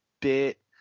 bit